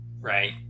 right